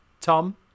Tom